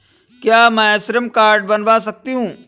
क्या मैं श्रम कार्ड बनवा सकती हूँ?